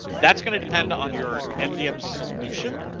that's going to depend on your mdm solution.